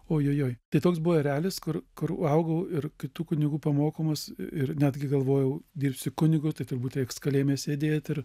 oioi oi tai toks buvau erelis kur kur augau ir kitų kunigų pamokomas ir netgi galvojau dirbsiu kunigu tai turbūt reiks kalėjime sėdėt ir